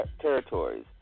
territories